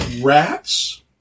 rats